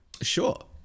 Sure